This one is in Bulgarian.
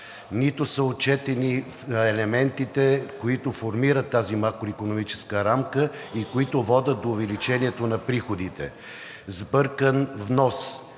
Нито са отчетени елементите, които формират тази макроикономическа рамка и които водят до увеличението на приходите – сбъркан внос,